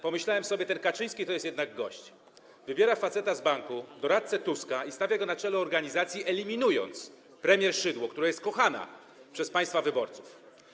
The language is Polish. Pomyślałem sobie: ten Kaczyński to jest jednak gość - wybiera faceta z banku, doradcę Tuska i stawia go na czele organizacji, eliminując premier Szydło, która jest kochana przez państwa wyborców.